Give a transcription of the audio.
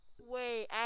Wait